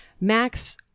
Max